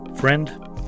Friend